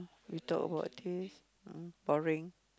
we talk about taste uh boring